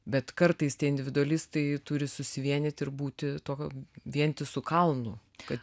bet kartais tie individualistai turi susivienyt ir būti tokio vientisu kalnu kad